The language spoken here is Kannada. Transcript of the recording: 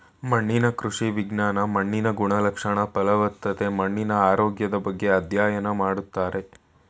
ಮಣ್ಣಿನ ಕೃಷಿ ವಿಜ್ಞಾನ ಮಣ್ಣಿನ ಗುಣಲಕ್ಷಣ, ಫಲವತ್ತತೆ, ಮಣ್ಣಿನ ಆರೋಗ್ಯದ ಬಗ್ಗೆ ಅಧ್ಯಯನ ಮಾಡ್ತಾರೆ